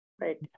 Right